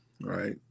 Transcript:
right